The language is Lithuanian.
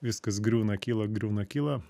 viskas griūna kyla griūna kyla